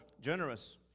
generous